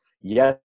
yes